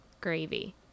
gravy